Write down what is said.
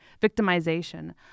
victimization